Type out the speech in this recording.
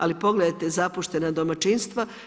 Ali pogledate zapuštena domaćinstva.